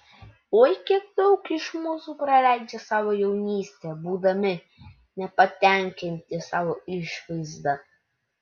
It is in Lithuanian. oi kiek daug iš mūsų praleidžia savo jaunystę būdami nepatenkinti savo išvaizda